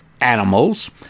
animals